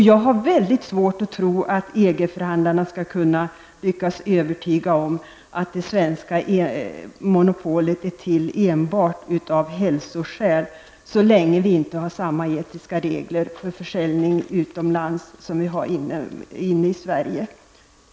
Jag har mycket svårt att tro att EG-förhandlarna skall lyckas övertyga om att det svenska monopolet enbart är till för att främja hälsan, så länge vi inte har samma etiska regler vid försäljning utomlands som inom Sverige.